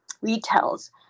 retails